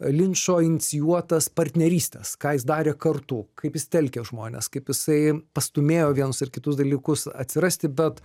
linčo inicijuotas partnerystes ką jis darė kartu kaip jis telkė žmones kaip jisai pastūmėjo vienus ar kitus dalykus atsirasti bet